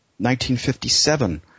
1957